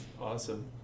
awesome